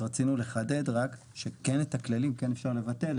רצינו לחדד שאת הכללים כן אפשר לבטל.